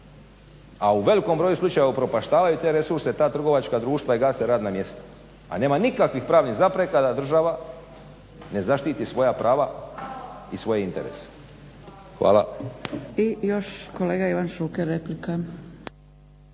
a u velikom broju slučajeva upropaštavaju te resurse, ta trgovačka društva i gase radna mjesta. A nema nikakvih pravnih zapreka da država ne zaštiti svoja prava i svoje interese. Hvala. **Zgrebec, Dragica